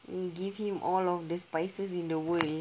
you give him all of the spices in the world